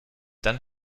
dann